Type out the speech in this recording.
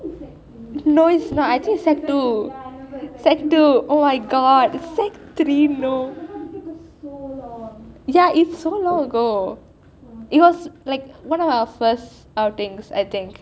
no it is sec two sec two oh my god ya it is so long ago it was like one of our first outings I think